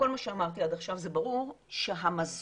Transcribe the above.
מכל מה שאמרתי עד עכשיו זה ברור, שהמזון